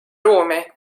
ruumi